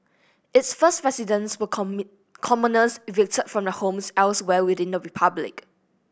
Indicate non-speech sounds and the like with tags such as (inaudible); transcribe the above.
its first residents were (unintelligible) commoners evicted from the homes elsewhere within the republic